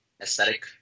aesthetic